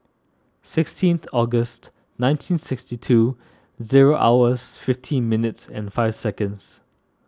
sixteen August nineteen sixty two zero hours fifteen minutes and five seconds